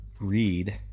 read